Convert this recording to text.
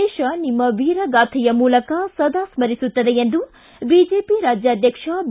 ದೇಶ ನಿಮ್ನ ವೀರಗಾಳೆಯ ಮೂಲಕ ಸದಾ ಸ್ಪರಿಸುತ್ತದೆ ಎಂದು ಬಿಜೆಪಿ ರಾಜ್ಗಾಧ್ವಕ್ಷ ಬಿ